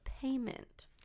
payment